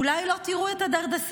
אולי לא תראו את הדרדסים,